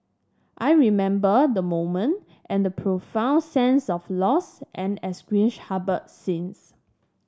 I remember the moment and the profound sense of loss and anguish harboured since